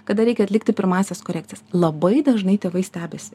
kada reikia atlikti pirmąsias korekcijas labai dažnai tėvai stebisi